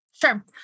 Sure